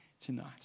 tonight